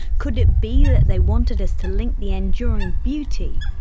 could it be that they wanted us to link the enduring beauty,